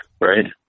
Right